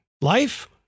Life